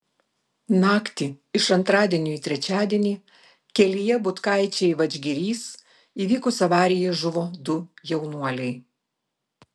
naktį iš antradienio į trečiadienį kelyje butkaičiai vadžgirys įvykus avarijai žuvo du jaunuoliai